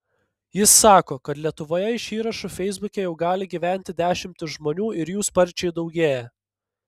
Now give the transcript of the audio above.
jis sako kad lietuvoje iš įrašų feisbuke jau gali gyventi dešimtys žmonių ir jų sparčiai daugėja